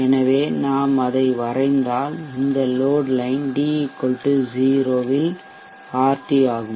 எனவே நாம் அதை வரைந்தால் இந்த லோட் லைன் d 0 இல் RT ஆகும்